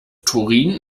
turin